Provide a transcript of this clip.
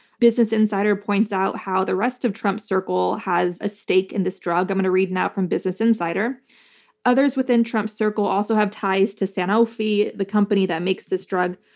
business insider points out how the rest of trump's circle has a stake in this drug. i'm going to read now from business insider others within trump's circle also have ties to sanofi, the company that makes this drug.